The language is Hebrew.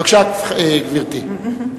בבקשה, גברתי.